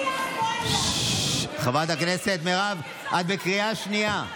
אני, חברת הכנסת מירב, את בקריאה שנייה.